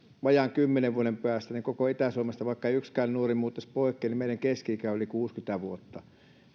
vajaan kymmenen vuoden päästä vaikka ei koko itä suomesta yksikään nuori muuttaisi poikkeen meidän keski ikä on yli kuusikymmentä vuotta